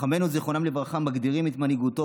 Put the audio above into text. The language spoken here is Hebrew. חכמינו זיכרונם לברכה מגדירים את מנהיגותו